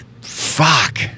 fuck